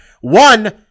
one